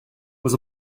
was